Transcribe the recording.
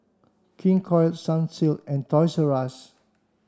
King Koil Sunsilk and Toys